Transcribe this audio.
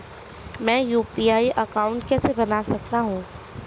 मैं UPI account कैसे बना सकता हूं?